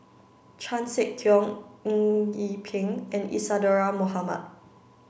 Chan Sek Keong Eng Yee Peng and Isadhora Mohamed